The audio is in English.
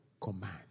command